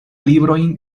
librojn